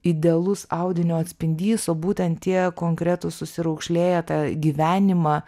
idealus audinio atspindys o būtent tie konkretūs susiraukšlėję tą gyvenimą